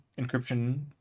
encryption